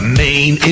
main